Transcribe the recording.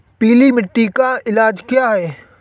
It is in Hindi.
पीली मिट्टी का इलाज क्या है?